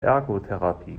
ergotherapie